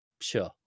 Sure